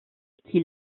qui